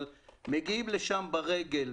אבל מגיעים לשם ברגל,